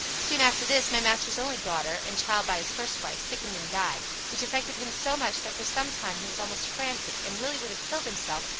soon after this my master's only daughter, and child by his first wife, sickened and died, which affected him so much that for some time he was almost frantic, and really would have killed himself,